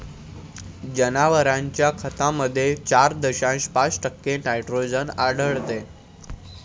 जनावरांच्या खतामध्ये चार दशांश पाच टक्के नायट्रोजन आढळतो